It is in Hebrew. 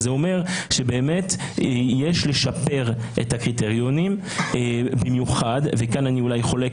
זה אומר שיש לשפר את הקריטריונים במיוחד - כאן אני אולי חולק